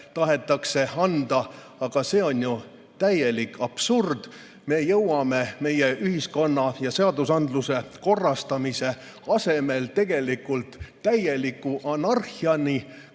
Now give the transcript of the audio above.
tahetakse anda. See on ju täielik absurd. Me jõuame meie ühiskonna ja seadusandluse korrastamise asemel tegelikult täieliku anarhiani,